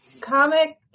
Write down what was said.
comic